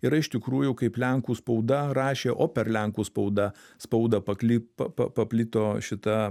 yra iš tikrųjų kaip lenkų spauda rašė o per lenkų spaudą spaudą pakli pa pa paplito šita